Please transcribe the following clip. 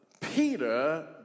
Peter